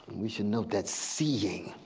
we should note that seeing.